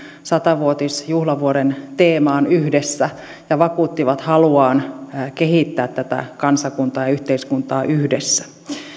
sata vuotisjuhlavuoden teemaan yhdessä ja vakuuttivat haluaan kehittää tätä kansakuntaa ja yhteiskuntaa yhdessä